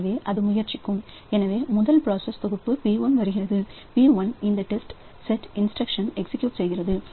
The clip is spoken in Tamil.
எனவே அது முயற்சிக்கும் எனவே முதல் பிராசஸ் தொகுப்பு P1 வருகிறது P1 இந்த test set instruction execute செய்கிறது